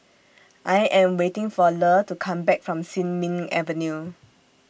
I Am waiting For Le to Come Back from Sin Ming Avenue